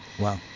Wow